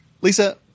Lisa